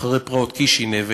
אחרי פרעות קישינב,